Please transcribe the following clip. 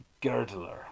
Girdler